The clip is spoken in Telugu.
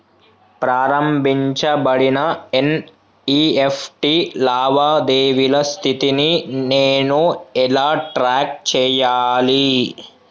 ప్రారంభించబడిన ఎన్.ఇ.ఎఫ్.టి లావాదేవీల స్థితిని నేను ఎలా ట్రాక్ చేయాలి?